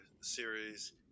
series